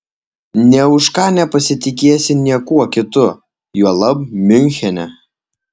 nė už ką nepasitikėsiu niekuo kitu juolab miunchene